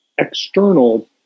external